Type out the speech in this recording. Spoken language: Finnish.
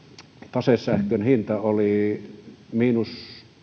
tasesähkön hinta oli miinus